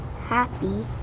happy